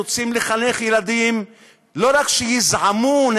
רוצים לחנך ילדים לא רק שיזעמו על